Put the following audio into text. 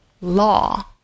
law